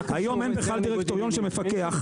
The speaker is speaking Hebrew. היום אין בכלל דירקטוריון שמפקח,